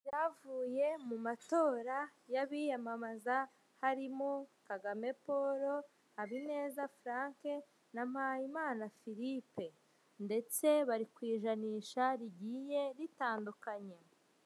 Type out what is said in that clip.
Ibyavuye mu matora y'abiyamamaza harimo Kagame Paul Habineza Frank na Mpayimana Philippe, ndetse bari ku ijanisha rigiye ritandukanye.